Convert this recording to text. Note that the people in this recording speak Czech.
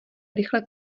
rychle